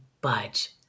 budge